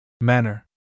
manner